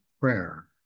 prayer